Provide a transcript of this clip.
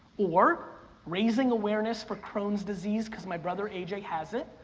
or raising awareness for crohn's disease because my brother, aj, has it.